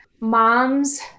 moms